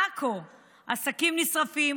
בעכו עסקים נשרפים,